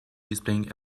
displaying